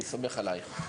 אני סומך עלייך.